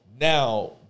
now